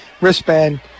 wristband